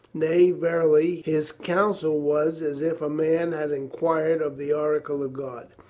nay, verily, his counsel was as if a man had enquired of the oracle of god.